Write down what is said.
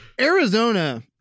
Arizona